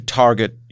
target